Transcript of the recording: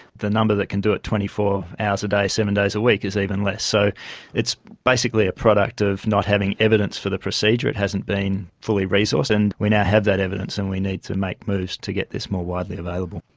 the number that can do it twenty four hours a day, seven days a week is even less. so it's basically a product of not having evidence for the procedure, it hasn't been fully resourced. and we now have that evidence and we need to make moves to get this more widely available.